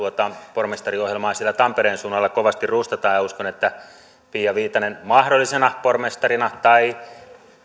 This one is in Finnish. pormestariohjelmaa siellä tampereen suunnalla kovasti rustataan ja uskon että pia viitanen mahdollisena pormestarina tai